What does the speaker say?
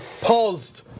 paused